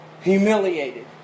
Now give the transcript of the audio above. humiliated